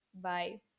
bye